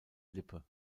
lippe